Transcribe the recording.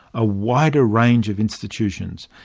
a wider range of institutions,